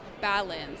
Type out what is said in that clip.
balance